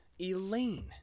Elaine